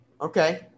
Okay